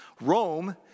Rome